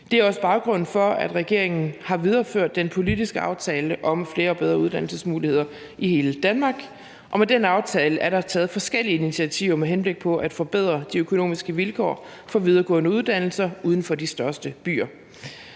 Det er også baggrunden for, at regeringen har videreført den politiske aftale om flere og bedre uddannelsesmuligheder i hele Danmark, og med den aftale er der taget forskellige initiativer med henblik på at forbedre de økonomiske vilkår for videregående uddannelser uden for de største byer.